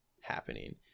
happening